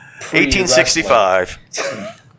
1865